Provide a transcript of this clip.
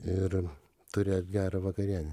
ir turėt gerą vakarienę